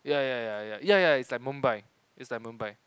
ya ya ya ya ya ya ya it's like Mumbai it's like Mumbai